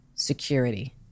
Security